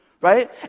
Right